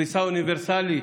פריסה אוניברסלית,